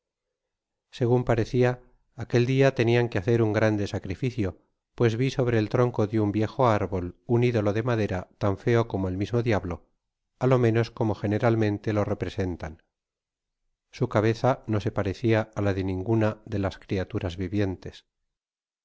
segun parecia aquel dia tenian que hacer un grande sacrificio pues vi sobre el tronco de un viejo árbol un idolo de madera tan feo como el mismo diablo á lo menos como generalmente lo representan su cabeza no se parecia á la de ninguna de las criaturas vivientes